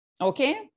Okay